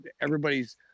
Everybody's